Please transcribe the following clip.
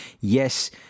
Yes